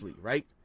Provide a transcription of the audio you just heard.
right